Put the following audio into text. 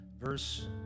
verse